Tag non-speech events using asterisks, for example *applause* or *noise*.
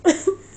*noise*